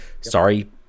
Sorry